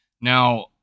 now